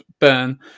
burn